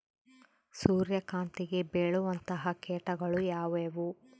ಸೂರ್ಯಕಾಂತಿಗೆ ಬೇಳುವಂತಹ ಕೇಟಗಳು ಯಾವ್ಯಾವು?